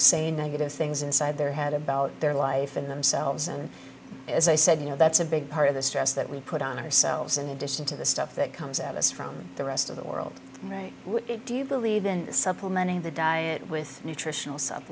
saying negative things inside their head about their life in themselves and as i said you know that's a big part of the stress that we put on ourselves in addition to the stuff that comes at us from the rest of the world right do you believe in supplementing the diet with nutritional s